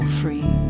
free